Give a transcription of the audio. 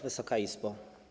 Wysoka Izbo!